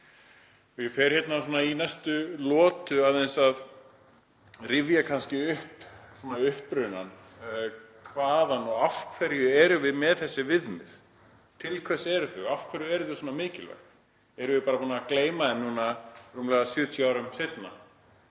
Ég fer í næstu lotu aðeins að rifja upp upprunann, hvaðan og af hverju við erum með þessi viðmið. Til hvers eru þau? Af hverju eru þau svona mikilvæg? Erum við bara búin að gleyma þeim nú rúmlega 70 árum seinna?